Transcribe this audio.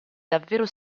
davvero